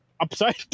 upside